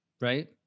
Right